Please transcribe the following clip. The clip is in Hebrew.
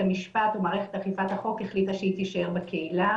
המשפט או מערכת אכיפת החוק החליטה שהם יישארו בקהילה.